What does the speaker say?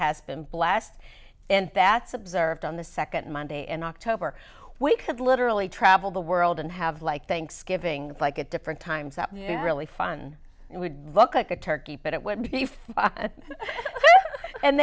has been blessed in that subserve on the second monday in october we could literally travel the world and have like thanksgiving like at different times that really fun it would look like a turkey but it would be and